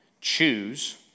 Choose